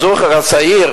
הזוג הצעיר,